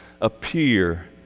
appear